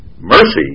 Mercy